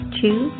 two